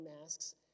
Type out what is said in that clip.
masks